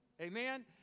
Amen